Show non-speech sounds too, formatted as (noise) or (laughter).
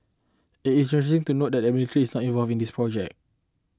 it is interesting to note that the every (unintelligible) not involving this project